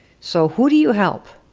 so who do you help?